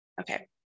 Okay